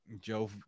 Joe